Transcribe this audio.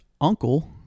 uncle